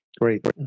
Great